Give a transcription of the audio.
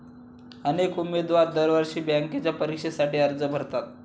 अनेक उमेदवार दरवर्षी बँकेच्या परीक्षेसाठी अर्ज भरतात